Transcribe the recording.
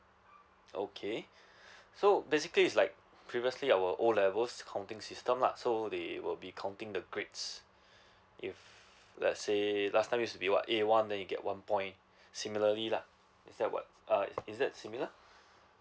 okay so basically is like previously our O levels counting system lah so they will be counting the grades if let's say last time used to be what A one then you get one point similarly lah is that what uh is that similar